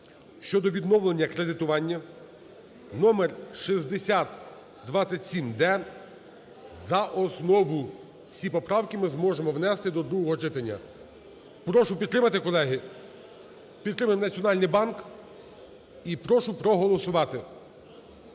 щодо відновлення кредитування (номер 6027-д) за основу. Всі поправки ми зможемо внести до другого читання. Прошу підтримати, колеги, підтримаємо Національний банк і прошу проголосувати.